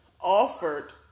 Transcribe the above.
offered